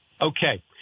Okay